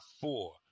four